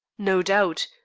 no doubt.